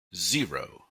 zero